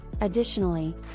Additionally